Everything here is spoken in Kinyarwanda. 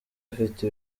afite